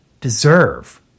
deserve